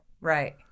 Right